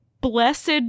blessed